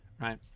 right